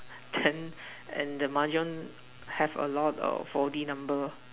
then and the mahjong have a lot of four D number